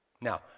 Now